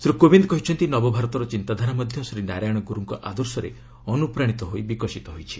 ଶ୍ରୀ କୋବିନ୍ଦ କହିଛନ୍ତି ନବଭାରତର ଚିନ୍ତାଧାରା ମଧ୍ୟ ଶ୍ରୀ ନାରାୟଣ ଗୁରୁଙ୍କ ଆଦର୍ଶରେ ଅନୁପ୍ରାଣିତ ହୋଇ ବିକଶିତ ହୋଇଛି